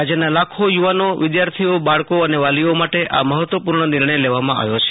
રાજ્યના લાખો યુવાનો વિદ્યાર્થીઓબાળકો અને વાલીઓ માટે આ મફત્ત્વપૂર્ણ નિર્ણય લેવામાં આવ્યો છે